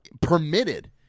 permitted